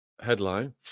headline